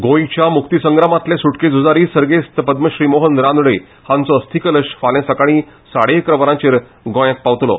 गोंयच्या मुक्तीसंग्रामातले सुटके झूजारी सर्गेस्त पद्मश्री मोहन रानडे हाचो अस्थी कलश फाल्या सकाळी साडे अकरांक गोयांन पावतलो